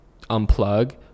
unplug